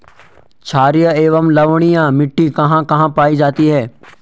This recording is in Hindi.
छारीय एवं लवणीय मिट्टी कहां कहां पायी जाती है?